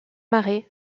marais